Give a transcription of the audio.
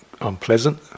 unpleasant